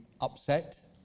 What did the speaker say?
upset